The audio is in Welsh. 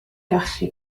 gallu